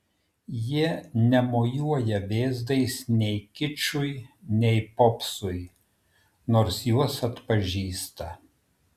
jie nemojuoja vėzdais nei kičui nei popsui nors juos atpažįsta